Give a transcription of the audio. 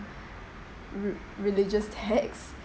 r~ religious texts